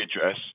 address